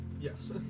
Yes